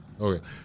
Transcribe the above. Okay